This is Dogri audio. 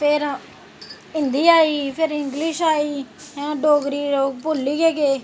फिर हिंदी आई फिर इंगलिश आई ऐं डोगरी लोग भुल्ली गै गे